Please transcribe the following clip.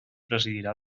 presidirà